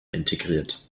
integriert